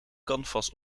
canvas